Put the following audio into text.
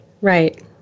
Right